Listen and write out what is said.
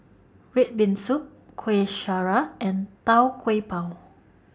Red Bean Soup Kueh Syara and Tau Kwa Pau